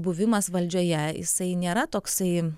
buvimas valdžioje jisai nėra toksai